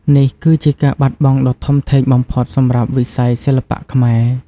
នេះគឺជាការបាត់បង់ដ៏ធំធេងបំផុតសម្រាប់វិស័យសិល្បៈខ្មែរ។